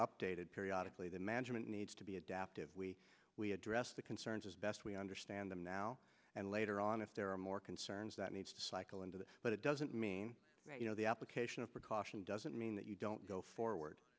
updated periodically the management needs to be adaptive we address the concerns as best we understand them now and later on if there are more concerns that needs to cycle into that but it doesn't mean you know the application of precaution doesn't mean that you don't go forward